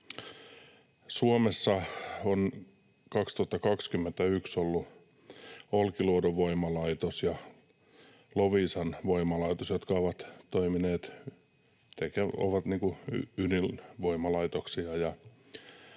Suomessa on 2021 Olkiluodon voimalaitoksen ja Loviisan voimalaitoksen, jotka ovat ydinvoimalaitoksia,